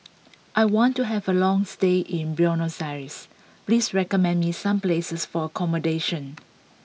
I want to have a long stay in Buenos Aires please recommend me some places for accommodation